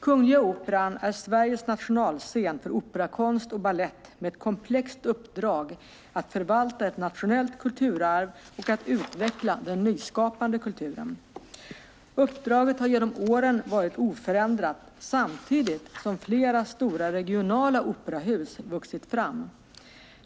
Kungliga Operan är Sveriges nationalscen för operakonst och balett med ett komplext uppdrag att förvalta ett nationellt kulturarv och att utveckla den nyskapande kulturen. Uppdraget har genom åren varit oförändrat samtidigt som flera stora regionala operahus vuxit fram.